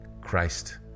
Christ